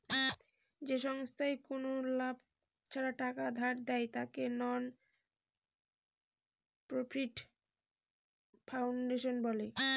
যে সংস্থায় কোনো লাভ ছাড়া টাকা ধার দেয়, তাকে নন প্রফিট ফাউন্ডেশন বলে